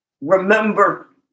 Remember